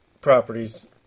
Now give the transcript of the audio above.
properties